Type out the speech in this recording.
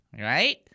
right